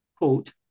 Quote